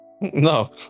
No